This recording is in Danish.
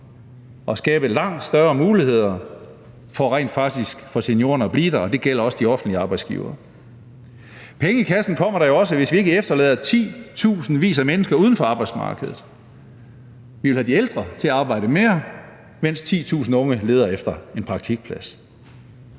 og skabe langt større muligheder for seniorerne for rent faktisk at blive der, og det gælder også de offentlige arbejdsgivere. Penge i kassen kommer der jo også, hvis vi ikke efterlader titusindvis af mennesker uden for arbejdsmarkedet. Vi vil have de ældre til at arbejde mere, mens 10.000 unge leder efter en praktikplads.